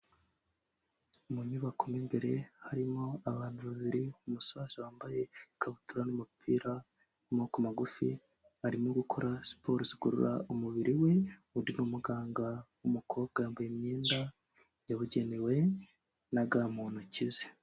Mu nyubako imbere harimo abantu babiri umusaza wambaye ikabutura n'umupira w'amaboko magufi arimo gukora siporo zikurura umubiri we umuganga w'umukobwa yambaye imyenda yabugenewe naga mu ntoki ze.